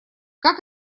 как